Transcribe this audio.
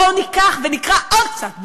בואו ניקח ונקרע עוד קצת,